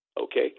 Okay